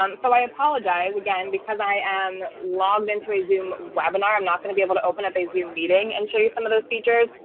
um so i apologize again, because i am logged into a zoom webinar, i'm not going to be able to open up a zoom meeting and show you some of those features,